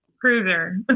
cruiser